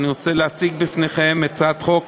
אני רוצה להציג בפניכם את הצעת חוק